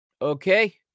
Okay